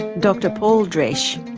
dr paul dresch,